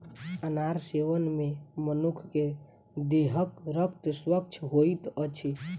अनार सेवन मे मनुख के देहक रक्त स्वच्छ होइत अछि